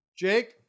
Jake